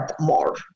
more